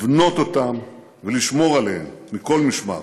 לבנות אותן ולשמור עליהן מכל משמר.